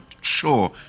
sure